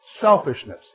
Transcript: selfishness